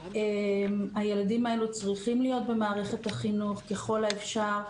הילדים האלה צריכים להיות במערכת החינוך ככל האפשר.